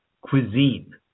cuisine